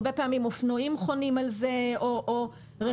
הרבה פעמים אופנועים חונים על זה או רכבים